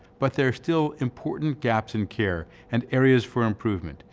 but there are still important gaps in care and areas for improvement,